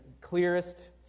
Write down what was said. clearest